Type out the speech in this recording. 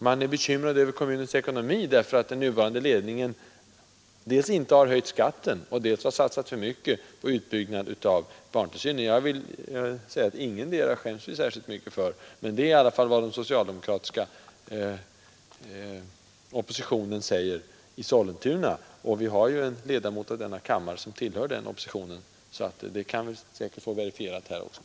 Man är bekymrad över kommunens ekonomi, därför att den nuvarande ledningen dels inte har höjt skatten, dels har satsat för mycket på utbyggnaden av barntillsynen. Ingetdera skäms vi särskilt mycket för, men det är i alla fall vad vi får höra av den socialdemokratiska oppositionen. Vi har en ledamot i denna kammare som tillhör den oppositionen, så vi kan säkert få det bekräftat.